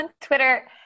Twitter